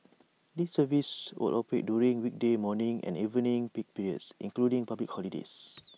these services will operate during weekday morning and evening peak periods excluding public holidays